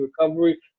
recovery